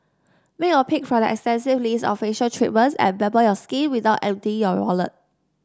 make your pick from their extensive list of facial treatments and pamper your skin without emptying your wallet